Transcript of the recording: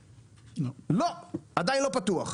לא, עדיין לא פתוח.